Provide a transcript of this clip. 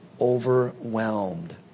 overwhelmed